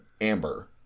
amber